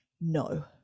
no